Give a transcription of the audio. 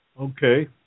Okay